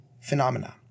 phenomena